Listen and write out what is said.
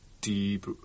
deep